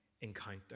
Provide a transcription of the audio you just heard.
encounter